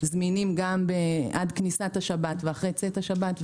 זמינים עד כניסת השבת ואחרי צאת השבת.